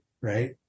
right